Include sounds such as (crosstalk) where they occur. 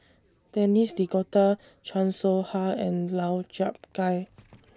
Denis D'Cotta Chan Soh Ha and Lau Chiap Khai (noise)